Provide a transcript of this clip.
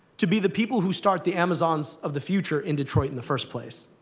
to be the people who start the amazons of the future in detroit in the first place.